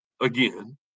again